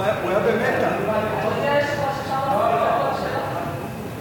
התשע"א 2010, נתקבל.